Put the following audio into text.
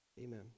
Amen